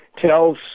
tells